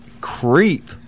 creep